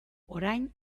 orain